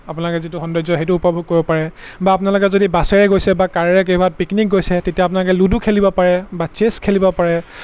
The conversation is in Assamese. আপোনালোকে যিটো সৌন্দৰ্য সেইটো উপভোগ কৰিব পাৰে বা আপোনালোকে যদি বাছেৰে গৈছে বা কাৰেৰে ক'ৰবাত পিকনিক গৈছে তেতিয়া আপোনালোকে লুডু খেলিব পাৰে বা চেছ খেলিব পাৰে